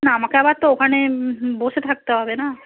না আমাকে আবার তো ওখানে বসে থাকতে হবে না